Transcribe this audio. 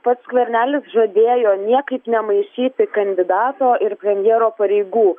pats skvernelis žadėjo niekaip nemaišyti kandidato ir premjero pareigų